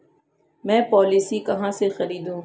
मैं पॉलिसी कहाँ से खरीदूं?